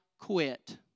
Quit